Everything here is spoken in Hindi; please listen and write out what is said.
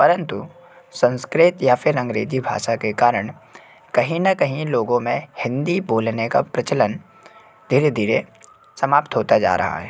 परंतु संस्कृत या फिर अंग्रेजी भाषा के कारण कहीं न कहीं लोगों में हिन्दी बोलने का प्रचलन धीरे धीरे समाप्त होता जा रहा है